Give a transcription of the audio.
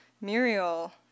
Muriel